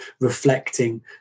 reflecting